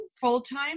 full-time